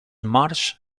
marsh